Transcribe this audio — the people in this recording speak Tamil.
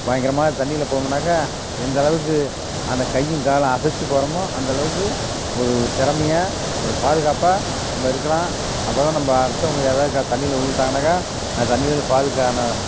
பயங்கரமான தண்ணியில் போகணுன்னாக்க எந்தளவுக்கு அந்த கையும் காலும் அசைச்சு போகிறமோ அந்தளவுக்கு ஒரு திறமையா ஒரு பாதுகாப்பாக நம்ம இருக்கலாம் அப்போதான் நம்ம அடுத்தவங்க ஏதாவது க தண்ணியில் விழுந்துட்டாங்கன்னாக்கா அந்த தண்ணியிலேருந்து பாதுகான